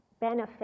benefit